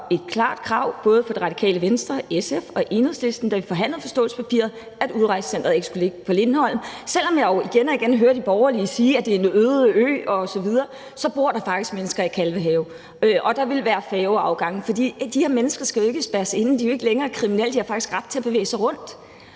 et klart krav fra både Radikale Venstre, SF og Enhedslisten, da vi forhandlede forståelsespapiret, at udrejsecenteret ikke skulle ligge på Lindholm. Selv om jeg jo igen og igen hører de borgerlige sige, at det er en øde ø osv., så bor der faktisk mennesker i Kalvehave, og der ville være færgeafgange. De her mennesker skal jo ikke spærres inde; de er jo ikke længere kriminelle, så de har faktisk ret til at bevæge sig rundt.